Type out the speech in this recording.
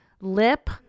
lip